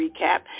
recap